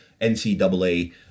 NCAA